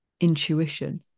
intuition